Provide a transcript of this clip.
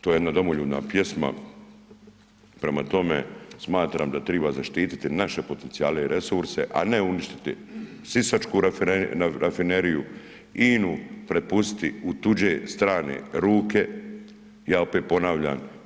To je jedna domoljubna pjesma, prema tome, smatram da treba zaštititi naše potencijale i resurse, a ne uništiti sisačku rafineriju, INA-u prepustiti u tuđe strane ruke, ja opet ponavljam.